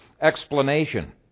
explanation